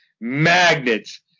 magnets